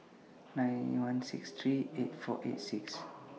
nine one six three eight four eight six